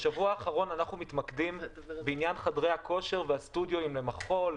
בשבוע האחרון אנחנו מתמקדים בחדרי הכושר והסטודיואים למחול,